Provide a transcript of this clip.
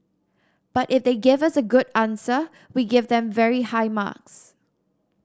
but if they give us a good answer we give them very high marks